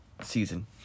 season